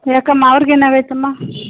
ಯಾಕಮ್ಮ ಅವ್ರ್ಗೆ ಏನಾಗೈತಮ್ಮ